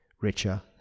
richer